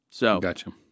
Gotcha